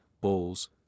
bowls